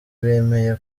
bemeye